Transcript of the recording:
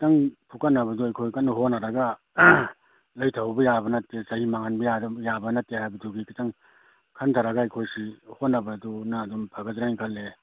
ꯈꯤꯇꯪ ꯐꯨꯀꯠꯅꯕꯗꯣ ꯑꯩꯈꯣꯏ ꯀꯟꯅ ꯍꯣꯠꯅꯔꯒ ꯂꯩꯊꯍꯧꯕ ꯌꯥꯕ ꯅꯠꯇꯦ ꯆꯍꯤ ꯃꯥꯡꯍꯟꯕ ꯌꯥꯕ ꯅꯠꯇꯦ ꯍꯥꯏꯕꯗꯨ ꯑꯗꯨꯝ ꯈꯤꯇꯪ ꯈꯟꯊꯔꯒ ꯑꯩꯈꯣꯏꯁꯤ ꯍꯣꯠꯅꯕꯗꯨꯅ ꯑꯗꯨꯝ ꯐꯒꯗ꯭ꯔꯥ ꯈꯜꯂꯦ